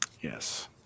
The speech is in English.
Yes